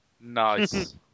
Nice